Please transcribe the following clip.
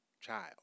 child